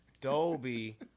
Dolby